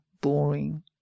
boring